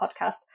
Podcast